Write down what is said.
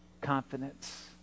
confidence